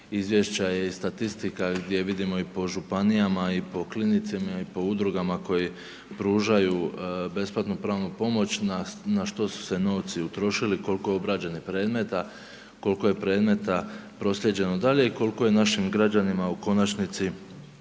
izvješća je i statistika gdje vidimo i po županijama i po klinicima i po udrugama koje pružaju besplatnu pravnu pomoć na što su se novci utrošili, kolko je obrađenih predmeta, kolko je predmeta proslijeđeno dalje i kolko je našim građanima u konačnici